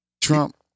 Trump